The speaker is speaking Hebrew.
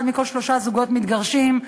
אחד מכל שלושה זוגות מתגרשים,